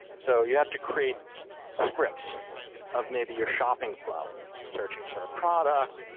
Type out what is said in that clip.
so you have to create scripts of maybe your shopping flow searching for a product,